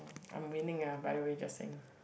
I'm winning ah by the way just saying